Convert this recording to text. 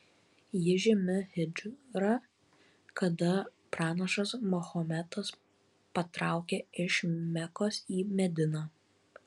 ji žymi hidžrą kada pranašas mahometas patraukė iš mekos į mediną